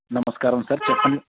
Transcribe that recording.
నమస్కారం సార్ చెప్పండి